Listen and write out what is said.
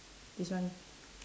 this one